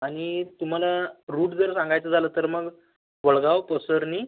आणि तुम्हाला रूट जर सांगायचं झाला तर मग वडगाव कोसरनी